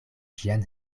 ĝian